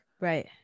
Right